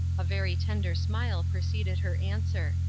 a very tender smile preceded her answer.